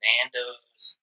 Nando's